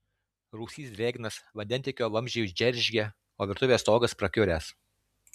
rūsys drėgnas vandentiekio vamzdžiai džeržgia o virtuvės stogas prakiuręs